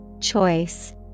Choice